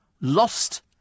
lost